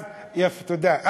תודה.